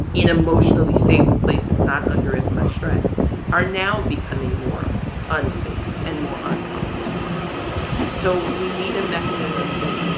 in emotionally stable places, not under as much stress are now becoming more unsafe and more uncomfortable so we need a mechanism that,